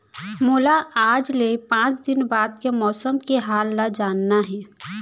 मोला आज ले पाँच दिन बाद के मौसम के हाल ल जानना हे?